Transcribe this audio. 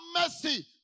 mercy